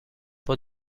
for